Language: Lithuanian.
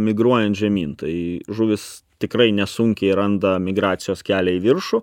migruojant žemyn tai žuvys tikrai nesunkiai randa migracijos kelią į viršų